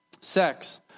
Sex